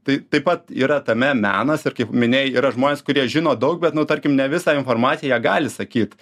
tai taip pat yra tame menas ir kaip minėjai yra žmonės kurie žino daug bet nu tarkim ne visą informaciją jie gali sakyt